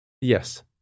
Yes